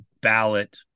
ballot